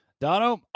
Dono